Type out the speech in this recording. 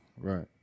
Right